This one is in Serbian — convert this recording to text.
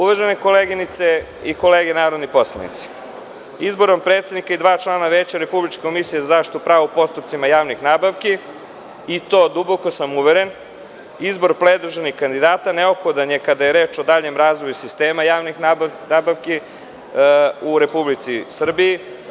Uvažene koleginice i kolege narodni poslanici, izborom predsednika i dva člana veća Republičke komisije za zaštitu prava u postupcima javnih nabavki, i to, duboko sam uveren, izbor predloženih kandidata neophodan je kada je reč o daljem radu sistema javnih nabavki u Republici Srbiji.